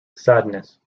sadness